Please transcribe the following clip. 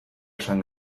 esan